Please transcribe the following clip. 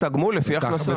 אז תגמול לפי הכנסה.